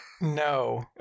No